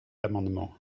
amendements